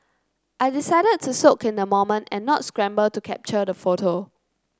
I decided to soak in the moment and not scramble to capture the photo